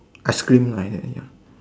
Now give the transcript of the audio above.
ice cream like that ya